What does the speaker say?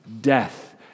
death